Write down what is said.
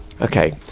Okay